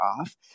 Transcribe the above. off